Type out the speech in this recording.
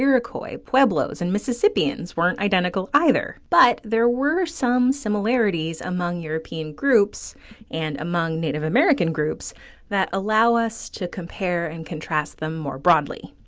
iroquois, pueblos, and mississippians weren't identical either, but there were some similarities among european groups and among native american groups that allow us to compare and contrast them more broadly.